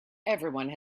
everyone